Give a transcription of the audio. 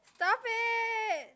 stop it